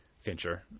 Fincher